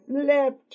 left